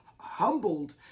humbled